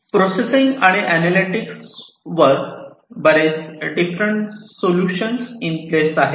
processing आणि analytics बरेच different solution in place आहेत